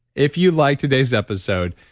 if you liked today's episode,